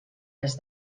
les